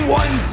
one